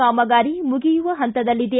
ಕಾಮಗಾರಿ ಮುಗಿಯುವ ಹಂತದಲ್ಲಿದೆ